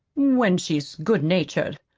when she's good-natured,